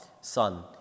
Son